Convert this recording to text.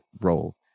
role